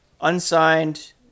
unsigned